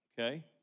okay